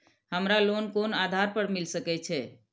हमरा लोन कोन आधार पर मिल सके छे?